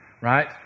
right